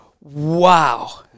Wow